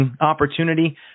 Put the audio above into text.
opportunity